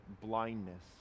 blindness